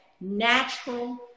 natural